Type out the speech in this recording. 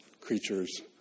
creatures